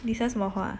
你喜欢什么花